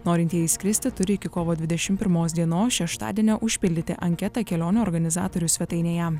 norintieji skristi turi iki kovo dvidešim pirmos dienos šeštadienio užpildyti anketą kelionių organizatoriaus svetainėje